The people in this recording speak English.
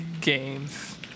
games